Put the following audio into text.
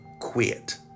quit